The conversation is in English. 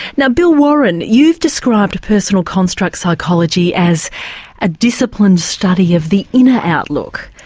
now bill warren you've described personal construct psychology as a disciplined study of the inner outlook,